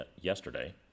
yesterday—